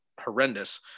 horrendous